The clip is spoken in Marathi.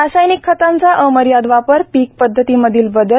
रासायनिक खतांचा अमर्याद वापर पीक पदधती मधील बदल